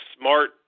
smart